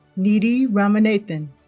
nidhi ramanathan